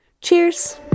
Cheers